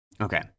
Okay